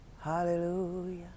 hallelujah